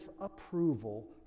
approval